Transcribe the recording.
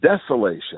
desolation